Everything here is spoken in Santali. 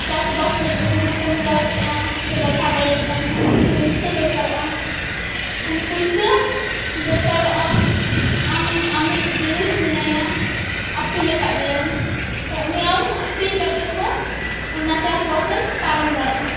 ᱪᱟᱥᱵᱟᱥ ᱞᱟᱹᱜᱤᱫ ᱦᱩᱲᱩᱠᱚᱢ ᱪᱟᱥᱮᱫᱼᱟ ᱥᱮ ᱵᱟᱫᱷᱟ ᱵᱟᱹᱲᱤᱡ ᱟᱢᱦᱚᱢ ᱯᱩᱭᱥᱟᱹ ᱫᱚᱨᱠᱟᱨᱚᱜᱼᱟ ᱠᱷᱟᱱ ᱯᱩᱭᱥᱟᱹ ᱫᱚᱨᱠᱟᱨᱚᱜᱼᱟ ᱟᱢ ᱟᱢᱤᱡ ᱡᱤᱱᱤᱥ ᱢᱮᱱᱟᱭᱟ ᱟᱹᱥᱩᱞ ᱟᱠᱟᱠᱟᱫᱮᱭᱟᱢ ᱩᱱᱤ ᱟᱢ ᱟᱹᱠᱷᱨᱤᱧ ᱠᱟᱛᱮᱫᱦᱚᱸ ᱚᱱᱟ ᱪᱟᱥᱵᱟᱥᱮᱢ ᱯᱟᱨᱚᱢ ᱫᱟᱲᱮᱭᱟᱜᱼᱟ